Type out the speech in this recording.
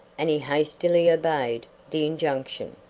and he hastily obeyed the injunction.